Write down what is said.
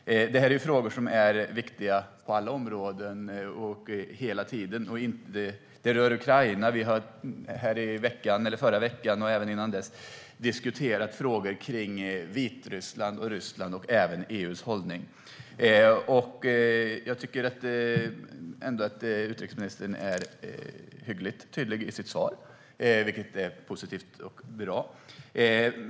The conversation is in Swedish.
Det här är frågor som är viktiga på alla områden. De rör Ukraina. I förra veckan och även tidigare har vi diskuterat frågor om Vitryssland, Ryssland och EU:s hållning. Utrikesministern är hyggligt tydlig i sitt svar, vilket är positivt och bra.